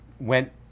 went